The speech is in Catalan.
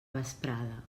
vesprada